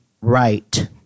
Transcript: right